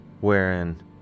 wherein